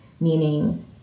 meaning